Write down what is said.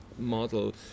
model